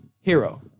Hero